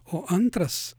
o antras